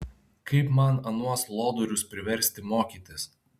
kaip man anuos lodorius priversti mokytis